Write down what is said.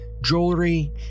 jewelry